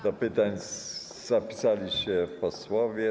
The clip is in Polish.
Do pytań zapisali się posłowie.